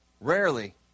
Rarely